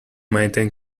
maintain